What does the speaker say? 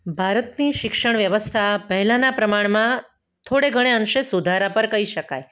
ભારતની શિક્ષણ વ્યવસ્થા પહેલાંનાં પ્રમાણમાં થોડે ઘણે અંશે સુધારા પર કહી શકાય